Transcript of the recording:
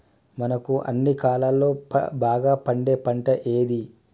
మనకు అన్ని కాలాల్లో బాగా పండే పంట ఏది?